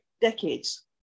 decades